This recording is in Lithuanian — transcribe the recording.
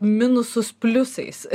minusus pliusais